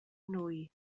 nwy